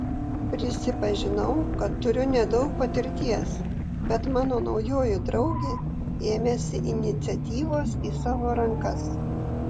prisipažinau kad turiu nedaug patirties bet mano naujoji draugė ėmėsi iniciatyvos į savo rankas